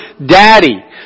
Daddy